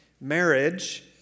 marriage